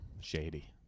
shady